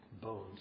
bones